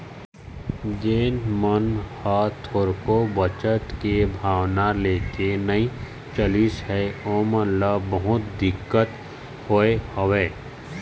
जेन मन ह थोरको बचत के भावना लेके नइ चलिस हे ओमन ल बहुत दिक्कत होय हवय